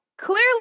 clearly